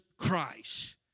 Christ